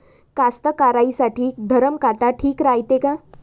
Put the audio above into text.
कास्तकाराइसाठी धरम काटा ठीक रायते का?